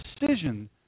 precision